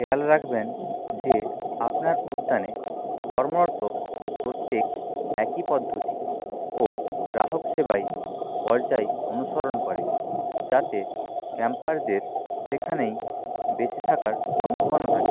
খেয়াল রাখবেন যে আপনার উদ্যানে কর্মরত প্রত্যেক একই পদ্ধতি ও গ্রাহক সেবায় পর্যায় অনুসরণ করে যাতে ক্যাম্পারদের সেখানেই বেশি থাকার সম্ভাবনা থাকে